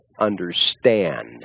understand